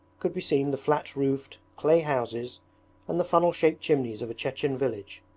could be seen the flat-roofed clay houses and the funnel-shaped chimneys of a chechen village.